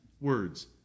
words